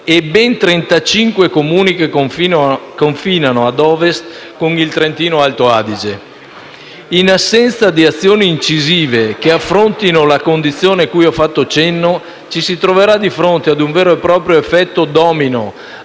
e ben 35 Comuni che confinano, ad Ovest, con il Trentino-Alto Adige. In assenza di azioni incisive che affrontino la condizione cui ho fatto cenno, ci si troverà di fronte ad un vero e proprio effetto domino